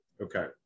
okay